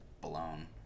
blown